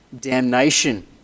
damnation